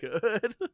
good